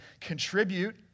contribute